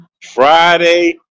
Friday